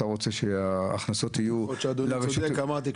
אתה רוצה שההכנסות יהיו לרשות המקומית?